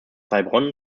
heilbronn